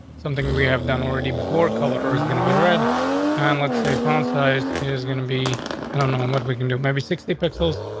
something we have done already before. color is gonna be read on. and let's say found size is gonna be i don't know um what we can do. maybe sixty pixels.